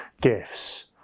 gifts